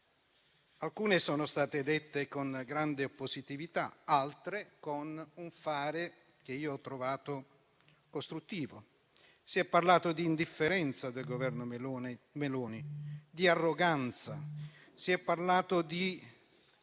alcune sono state dette con grande positività, altre con un fare che io ho trovato costruttivo. Si è parlato di indifferenza del Governo Meloni, di arroganza, di esaltazione